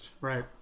Right